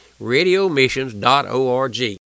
radiomissions.org